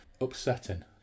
upsetting